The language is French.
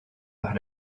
par